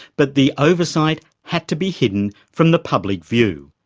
but the oversight had to be hidden from the public view.